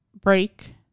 Break